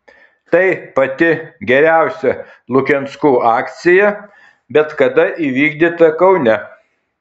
tai pati geriausia lukianskų akcija bet kada įvykdyta kaune